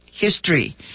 history